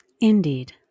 Indeed